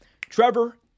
Trevor